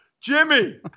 Jimmy